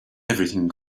everything